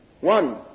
One